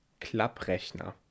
Klapprechner